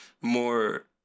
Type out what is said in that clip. more